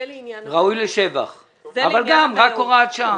ראוי לשבח, אבל גם, רק הוראת שעה.